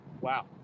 wow